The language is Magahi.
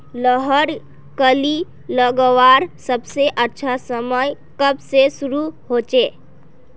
लहर कली लगवार सबसे अच्छा समय कब से शुरू होचए?